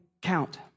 count